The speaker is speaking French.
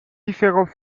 différents